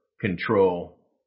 control